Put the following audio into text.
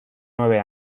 nueve